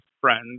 Friends